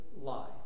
lie